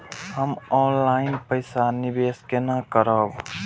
हम ऑनलाइन पैसा निवेश केना करब?